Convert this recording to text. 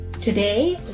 Today